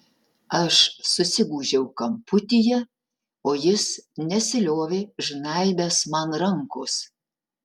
aš susigūžiau kamputyje o jis nesiliovė žnaibęs man rankos